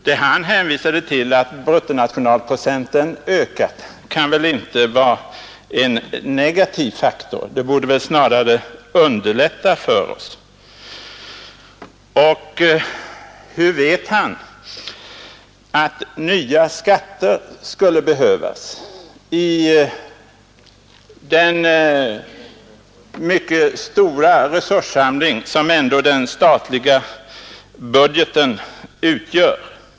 Det som herr Geijer hänvisade till, att bruttonationalprodukten ökat, kan väl inte rimligen vara en negativ faktor — det borde väl snarare underlätta för oss att uppnå målet. Och hur vet herr Geijer att nya skatter skulle behövas i den mycket stora resurssamling som ändå den statliga budgeten utgör?